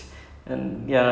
ya